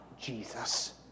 Jesus